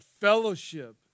fellowship